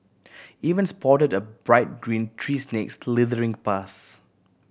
even spotted a bright green tree snake slithering past